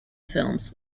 films